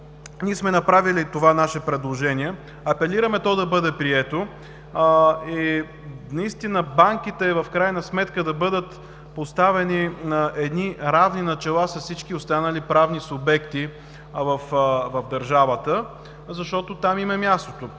сме направили нашето предложение. Апелираме то да бъде прието и наистина банките да бъдат поставени на едни равни начала с всички останали правни субекти в държавата, защото там им е мястото.